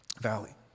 valley